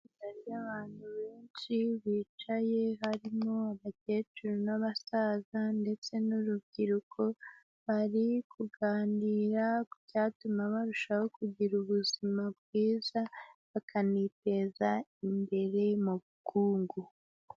Itsinda ry'abantu benshi bicaye, harimo agakecuru n'abasaza ndetse n'urubyiruko, bari kuganira ku cyatuma barushaho kugira ubuzima bwiza bakaniteza imbere mu bukungu.